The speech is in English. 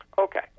Okay